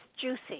juicy